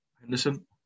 Henderson